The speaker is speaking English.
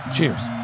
Cheers